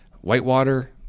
Whitewater